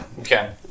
Okay